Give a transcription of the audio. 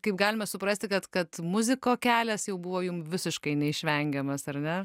kaip galime suprasti kad kad muziko kelias jau buvo jum visiškai neišvengiamas ar ne